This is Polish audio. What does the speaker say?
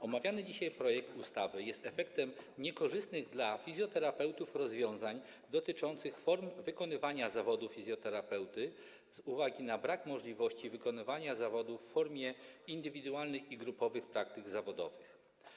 Omawiany dzisiaj projekt ustawy jest efektem niekorzystnych dla fizjoterapeutów rozwiązań dotyczących form wykonywania zawodu fizjoterapeuty z uwagi na brak możliwości wykonywania zawodu w formie indywidualnych i grupowych praktyk zawodowych.